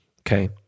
okay